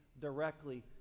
directly